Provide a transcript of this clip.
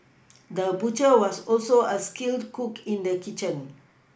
the butcher was also a skilled cook in the kitchen